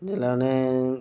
जिसलै उ'नें